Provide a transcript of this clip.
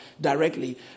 directly